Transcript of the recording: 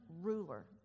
ruler